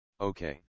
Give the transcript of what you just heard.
okay